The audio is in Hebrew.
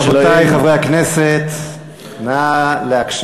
והדירה שלהם, רבותי חברי הכנסת, נא להקשיב.